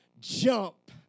jump